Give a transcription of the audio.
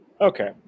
Okay